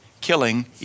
killing